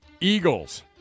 Eagles